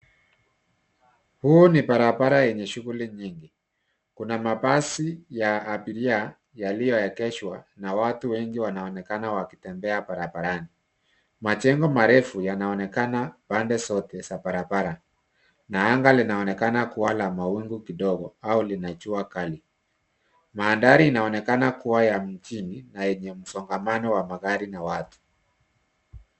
Huu ni barabara yenye shughuli nyingi. Kuna mabasi ya abiria yaliyoegeshwa, na watu wengi wanaonekana wakitembea barabarani. Majengo marefu yanaonekana pande zote za barabara, na anga linaonekana kuwa la mawingu kidogo, au lina jua kali. Mandhari inaonekana kuwa ya mjini, na yenye msongamano wa magari na watu.